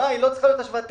צריכה להיות השוואה תקציבית.